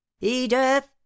Edith